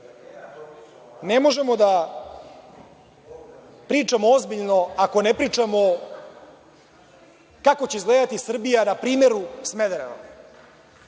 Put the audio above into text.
Ne možemo da pričamo ozbiljno ako ne pričamo kako će izgledati Srbija na primeru Smedereva.